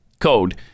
code